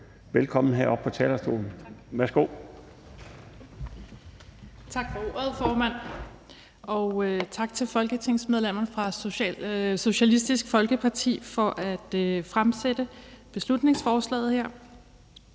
(Ordfører) Louise Mehnke (S): Tak for ordet, formand, og tak til folketingsmedlemmerne fra Socialistisk Folkeparti for at fremsætte beslutningsforslaget her.